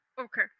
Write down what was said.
Okay